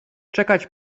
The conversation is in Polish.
czekać